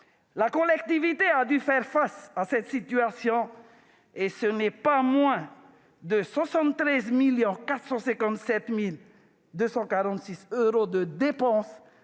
La collectivité a dû faire face à cette situation. Le pays a ainsi supporté pas moins de 73 457 246 euros de dépenses